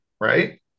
right